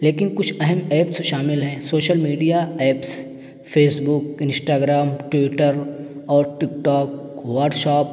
لیکن کچھ اہم ایپس شامل ہیں social media apps Facebook Instagram Twitter اور ٹک ٹاک واٹ شاپ